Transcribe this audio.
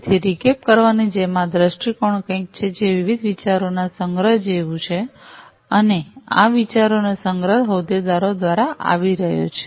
તેથી રીકેપ કરવાની જેમ આ દૃષ્ટિકોણ કંઈક છે જે વિવિધ વિચારોના સંગ્રહ જેવું છે અને આ વિચારોનો સંગ્રહ હોદ્દેદારો દ્વારા આવી રહ્યો છે